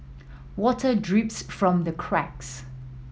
water drips from the cracks